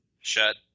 Shut